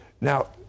Now